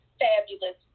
fabulous